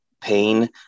pain